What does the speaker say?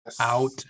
out